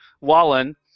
Wallen